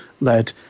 led